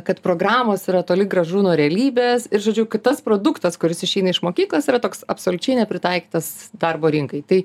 kad programos yra toli gražu nuo realybės ir žodžiu kad tas produktas kuris išeina iš mokyklos yra toks absoliučiai nepritaikytas darbo rinkai tai